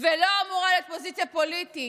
ולא אמורה להיות פוזיציה פוליטית.